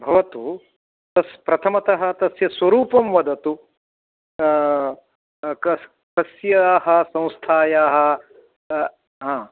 भवतु तस् प्रथमतः तस्य स्वरूपं वदतु कस् कस्याः संस्थायाः हा